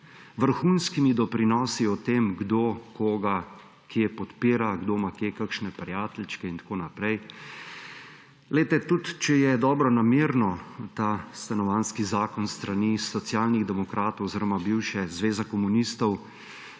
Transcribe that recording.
vrhunskimi doprinosi o tem, kdo koga kje podpira, kdo ima kje kakšne prijateljčke in tako naprej. Poglejte, tudi če je ta stanovanjski zakon s strani Socialnih demokratov oziroma bivše Zveze komunistov